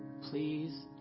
Please